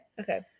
Okay